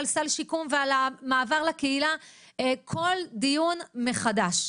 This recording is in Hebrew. על סל שיקום ועל המעבר לקהילה בכל דיון מחדש.